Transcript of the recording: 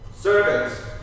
servants